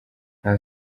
nta